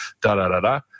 da-da-da-da